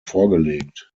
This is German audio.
vorgelegt